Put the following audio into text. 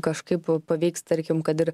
kažkaip paveiks tarkim kad ir